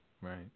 right